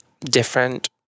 different